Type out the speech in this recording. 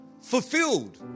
Fulfilled